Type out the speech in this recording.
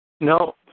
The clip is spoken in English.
No